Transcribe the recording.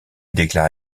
déclare